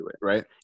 right